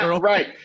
Right